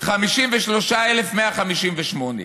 53,158,